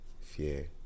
fear